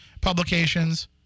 Publications